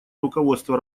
руководство